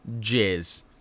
jizz